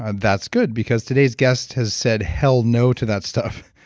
and that's good, because today's guest has said hell no to that stuff,